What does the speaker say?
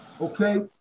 okay